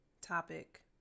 topic